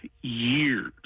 years